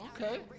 okay